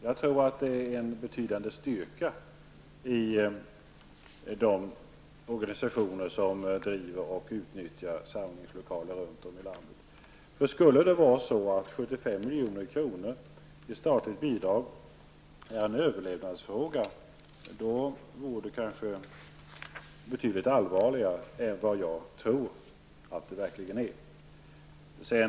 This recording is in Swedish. Jag tror att det finns en betydande styrka i de organisationer som driver och utnyttjar samlingslokaler runt om i landet. Skulle det vara så att 75 milj.kr. i statligt bidrag är en överlevnadsfråga, vore läget betydligt allvarligare än vad jag tror att det verkligen är.